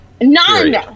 None